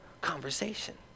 conversation